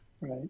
right